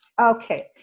Okay